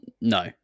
No